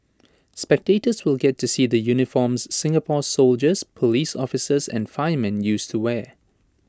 spectators will get to see the uniforms Singapore's soldiers Police officers and firemen used to wear